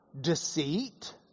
deceit